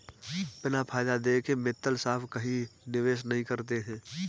बिना फायदा देखे मित्तल साहब कहीं निवेश नहीं करते हैं